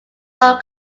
low